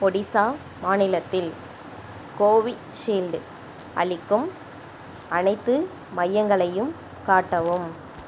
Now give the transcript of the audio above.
ஒடிசா மாநிலத்தில் கோவிஷீல்டு அளிக்கும் அனைத்து மையங்களையும் காட்டவும்